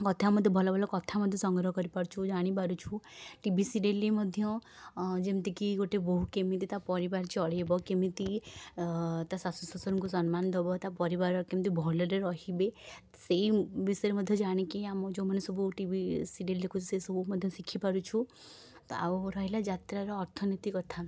କଥା ଭଲ ଭଲ କଥା ମଧ୍ୟ ସଂଗ୍ରହ କରିପାରୁଛୁ ଜାଣିପାରୁଛୁ ଟି ଭି ସିରିଏଲ୍ରୁ ମଧ୍ୟ ଯେମିତିକି ଗୋଟେ ବୋହୂ କେମିତି ତା' ପରିବାର ଚଲେଇବ କେମିତି ତା' ଶାଶୁ ଶଶୁରଙ୍କୁ ସମ୍ମାନ ଦେବ ତା' ପରିବାର କେମିତି ଭଲରେ ରହିବେ ସେଇ ବିଷୟରେ ମଧ୍ୟ ଜାଣିକି ଆମର ଯେଉଁମାନେ ସବୁ ଟିଭି ସିରିଏଲ୍ ଦେଖୁଛୁ ସେଇ ସବୁ ଶିଖି ପାରୁଛୁ ତା' ଆଉ ରହିଲା ଯାତ୍ରାର ଅର୍ଥନୀତି କଥା